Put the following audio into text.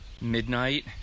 midnight